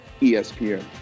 ESPN